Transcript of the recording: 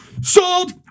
Sold